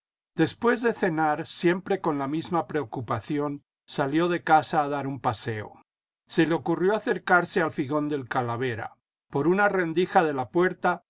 después de cenar siempre con la misma preocupación salió de casa a dar un paseo se le ocurrió acercarse al figón del calavera por una rendija de la puerta